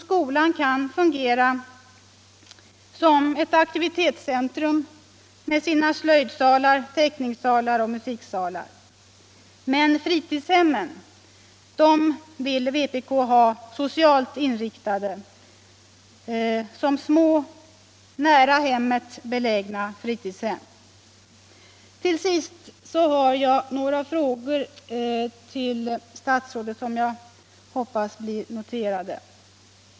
Skolan kan fungera som ett aktivitetscentrum med sina slöjdsalar, teckningssalar och musiksalar. Men fritidshemmen vill vpk ha socialt inriktade som små, nära hemmet belägna fritidshem. Till sist har jag några frågor till statsrådet som jag hoppas blir noterade.